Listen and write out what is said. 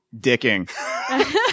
dicking